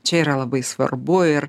čia yra labai svarbu ir